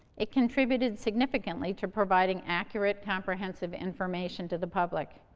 it contributed significantly to providing accurate, comprehensive information to the public.